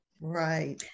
Right